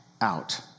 out